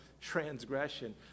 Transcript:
transgression